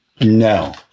no